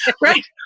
Right